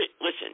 listen